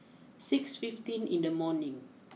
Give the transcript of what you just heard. six fifteen in the morning